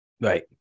Right